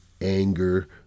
anger